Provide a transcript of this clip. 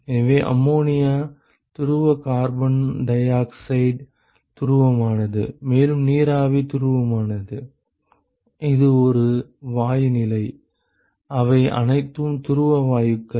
எனவே அம்மோனியா துருவ carbon dioxide துருவமானது மேலும் நீராவி துருவமானது இது ஒரு வாயு நிலை அவை அனைத்தும் துருவ வாயுக்கள்